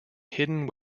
hidden